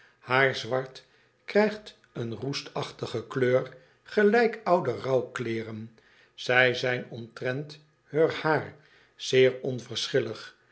haar zwart krjjgt een roestachtige kleur gelijk oude rouwkleeren zij zijn omtrent heur haar zeer